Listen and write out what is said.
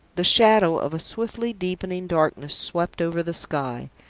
the shadow of a swiftly deepening darkness swept over the sky.